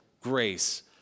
grace